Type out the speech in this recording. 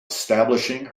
establishing